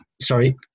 Sorry